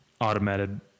automated